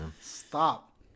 Stop